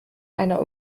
einer